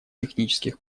технических